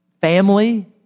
family